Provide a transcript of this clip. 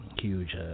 huge